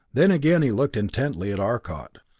then again he looked intently at arcot.